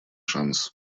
шанс